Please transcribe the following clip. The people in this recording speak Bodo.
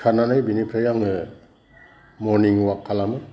खारनानै बिनिफ्राय आङो मर्निं अवाक खालामो